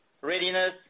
readiness